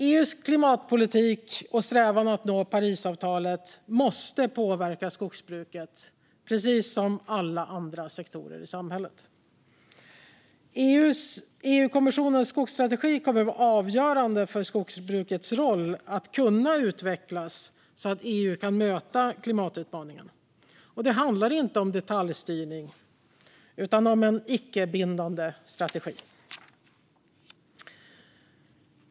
EU:s klimatpolitik och strävan att nå Parisavtalet måste påverka skogsbruket precis som alla andra sektorer i samhället. EU-kommissionens skogsstrategi kommer att vara avgörande för att skogsbrukets roll ska kunna utvecklas så att EU kan möta klimatutmaningen. Det handlar inte om detaljstyrning utan om en icke bindande strategi.